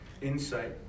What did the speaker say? insight